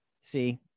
See